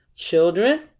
Children